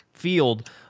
field